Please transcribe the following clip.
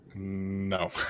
no